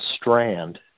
strand